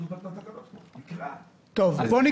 זה לא מה שכתוב כאן בתקנות.